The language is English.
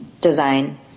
design